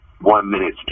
one-minute